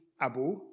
Abu